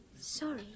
Sorry